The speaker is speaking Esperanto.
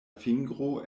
fingro